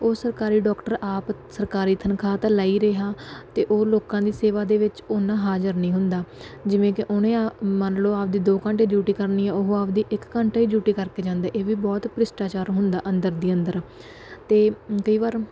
ਉਹ ਸਰਕਾਰੀ ਡੋਕਟਰ ਆਪ ਸਰਕਾਰੀ ਤਨਖਾਹ ਤਾਂ ਲੈ ਹੀ ਰਿਹਾ ਅਤੇ ਉਹ ਲੋਕਾਂ ਦੀ ਸੇਵਾ ਦੇ ਵਿੱਚ ਓਨਾ ਹਾਜ਼ਰ ਨਹੀਂ ਹੁੰਦਾ ਜਿਵੇਂ ਕਿ ਉਹਨੇ ਮੰਨ ਲਓ ਆਪਦੀ ਦੋ ਘੰਟੇ ਡਿਊਟੀ ਕਰਨੀ ਹੈ ਉਹ ਆਪਦੀ ਇੱਕ ਘੰਟਾ ਹੀ ਡਿਊਟੀ ਕਰਕੇ ਜਾਂਦੇ ਇਹ ਵੀ ਬਹੁਤ ਭ੍ਰਿਸ਼ਟਾਚਾਰ ਹੁੰਦਾ ਅੰਦਰ ਦੀ ਅੰਦਰ ਅਤੇ ਕਈ ਵਾਰ